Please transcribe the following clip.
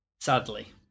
Sadly